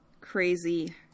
crazy